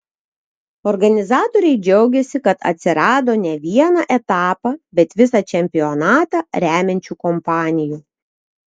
organizatoriai džiaugiasi kad atsirado ne vieną etapą bet visą čempionatą remiančių kompanijų